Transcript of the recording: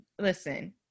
listen